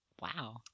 Wow